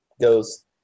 goes